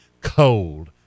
cold